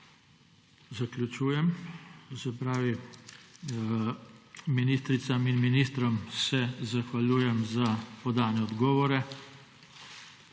Zaključujem. To se pravi, ministricam in ministrom se zahvaljujem za podane odgovore.